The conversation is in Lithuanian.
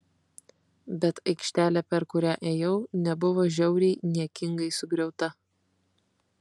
bet aikštelė per kurią ėjau nebuvo žiauriai niekingai sugriauta